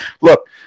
look